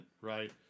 right